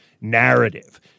narrative